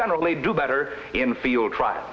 generally do better in field tr